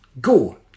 Go